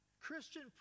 christian